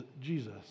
Jesus